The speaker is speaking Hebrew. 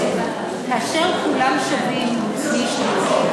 כאשר כולם שווים, מישהו שונה.